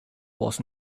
was